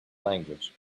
language